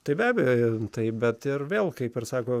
tai be abejo taip bet ir vėl kaip ir sako